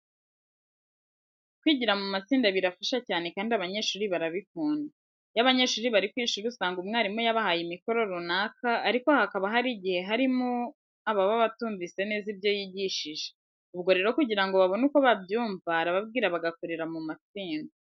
Kwigira mu matsinda birafasha cyane kandi abanyeshuri barabikunda. Iyo abanyeshuri bari ku ishuri usanga mwarimu yabahaye imikoro runaka ariko hakaba hari igihe harimo ababa batumvise neza ibyo yigishije. Ubwo rero kugira ngo babone uko babyumva arababwira bagakorera mu matsinda.